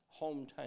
hometown